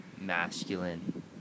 masculine